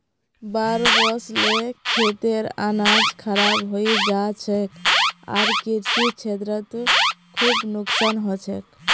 बाढ़ वस ल खेतेर अनाज खराब हई जा छेक आर कृषि क्षेत्रत खूब नुकसान ह छेक